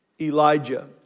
Elijah